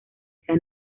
sea